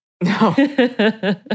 no